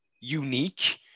unique